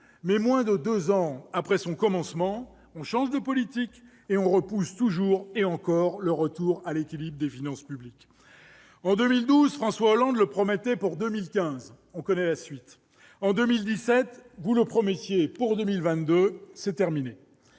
... Moins de deux ans après son commencement, on change de politique et l'on repousse encore et toujours le retour à l'équilibre des finances publiques. En 2012, François Hollande le promettait pour 2015 : on connaît la suite. En 2017, vous le promettiez pour 2022 : c'est terminé.